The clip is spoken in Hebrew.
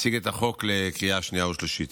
מציג את החוק לקריאה שנייה ושלישית.